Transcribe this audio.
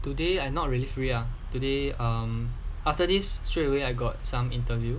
today I not really free ah today um after this straight away I got some interview